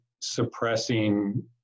suppressing